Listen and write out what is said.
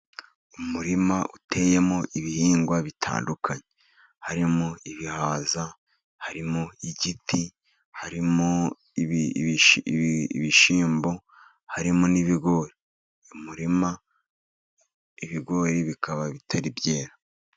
Umuririma uteyemo ibihingwa bitandukanye, harimo ibihaza, harimo igiti, harimo ibishyimbo, harimo n'ibigori. Uyu murima, ibigori bikaba bitari byera.